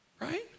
Right